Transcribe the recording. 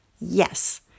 Yes